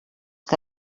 que